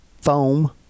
foam